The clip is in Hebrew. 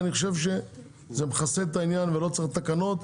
אני חושב שזה מכסה את העניין ושלא צריך תקנות.